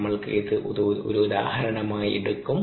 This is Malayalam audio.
നമ്മൾക്ക് ഇത് ഒരു ഉദാഹരണമായി എടുക്കും